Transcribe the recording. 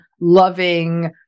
loving